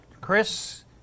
Chris